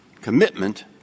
commitment